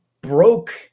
broke